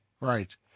Right